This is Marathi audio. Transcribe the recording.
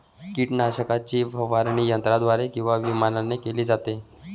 कीटकनाशकाची फवारणी यंत्राद्वारे किंवा विमानाने केली जाते